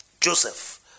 Joseph